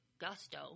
gusto